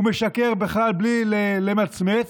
הוא משקר בלי למצמץ.